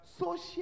Social